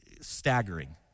staggering